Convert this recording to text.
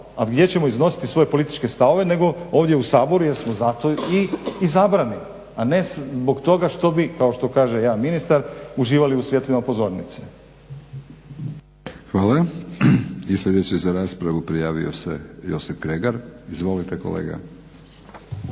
A gdje ćemo iznositi svoje političke stavove nego ovdje u Saboru jel smo zato i izabrani, a ne zbog toga što bi kao što kaže jedan ministar uživali u svjetlima pozornice. **Batinić, Milorad (HNS)** Hvala. I sljedeći za raspravu prijavio se Josip Kregar. Izvolite kolega.